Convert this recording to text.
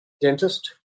dentist